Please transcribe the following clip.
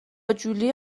جولی